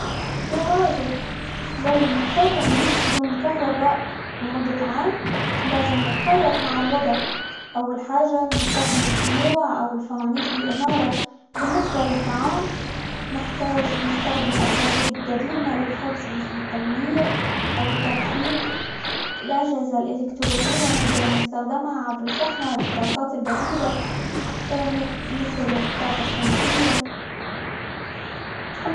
يا راجل لو مضطرة نعيش بدون كهرباء لمدة عام، لازم نتكيف مع الوضع، أول حاجة نستخدم الشموع، أو الفوانيس للإنارة، بالنسبة للطعام نحتاج نستخدم أساليب قديمة للحفظ مثل: التمليح، أو التجفيف، الأجهزة الإلكترونية نقدر نستخدمها عبر شحنها بالطاقات البديلة، -مت- مثل الطاقة الشمسية